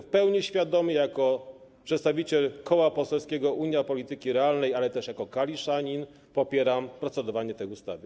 W pełni świadomie jako przedstawiciel Koła Poselskiego Unia Polityki Realnej, ale również jako kaliszanin popieram procedowanie nad tą ustawą.